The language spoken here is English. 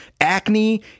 acne